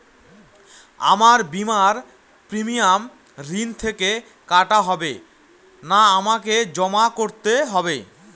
আমার বিমার প্রিমিয়াম ঋণ থেকে কাটা হবে না আমাকে জমা করতে হবে?